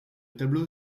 tableau